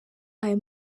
aya